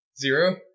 Zero